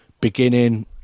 beginning